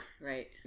right